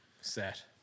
set